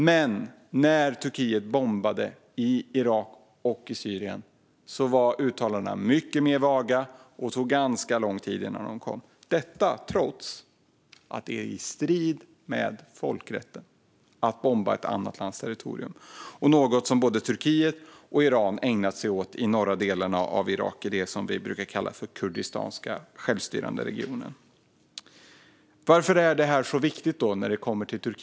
Men när Turkiet bombade i Irak och Syrien var uttalandena mycket mer vaga, och det tog ganska lång tid innan de kom. Så var det trots att det står i strid med folkrätten att bomba ett annat lands territorium, vilket både Turkiet och Iran har ägnat sig åt i de norra delar av Irak som vi brukar kalla de kurdiska självstyrande regionerna. Varför är då detta så viktigt när det kommer till Turkiet?